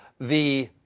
the